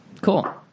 Cool